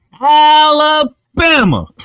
Alabama